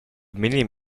minim